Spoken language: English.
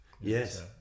Yes